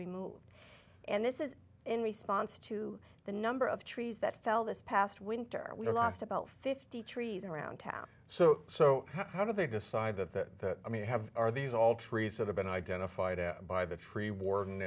removed and this is in response to the number of trees that fell this past winter we lost about fifty trees around town so so how do they decide that i mean have are these all trees that have been identified by the tree war